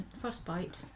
Frostbite